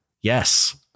Yes